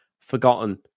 forgotten